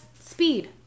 speed